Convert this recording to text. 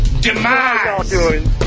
Demise